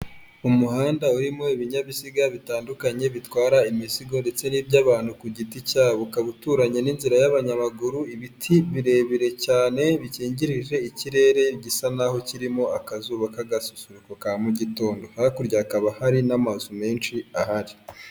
Umuhanda urimo ibinyabiziga bitandukanye bitwara imizigo ndetse n'iby'abantu ku giti cyabo, ukaba uturanye n'inzira y'abanyamaguru, ibiti birebire cyane bikingirije ikirere gisa naho'a kirimo akazuba k'agasusuruko ka mu mugitondo, hakurya hakaba hari n'amazu menshi ahari.